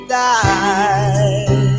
die